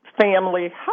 Family